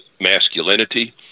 masculinity